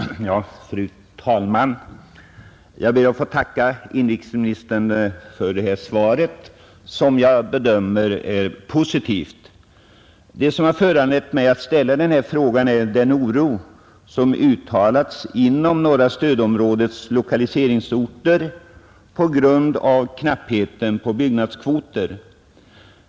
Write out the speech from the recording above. Fru talman! Jag ber att få tacka inrikesministern för detta svar, som jag bedömer som positivt. Det som föranlett mig att framställa denna fråga är den oro som uttalats inom norra stödområdets lokaliseringsorter på grund av knappheten på byggnadskvoter.